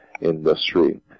industry